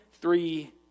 three